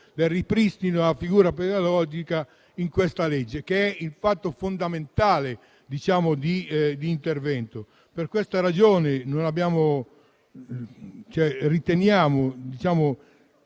del ripristino della figura pedagogica in questa legge, che è il fatto fondamentale di intervento. Per questa ragione riteniamo